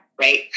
Right